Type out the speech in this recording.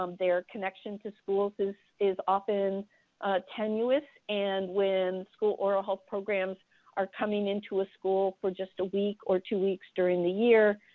um their connection to schools is is often tenuous, and when school oral health programs are coming into a school for just a week or two weeks during the year,